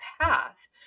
path